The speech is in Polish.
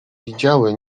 widziały